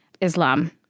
Islam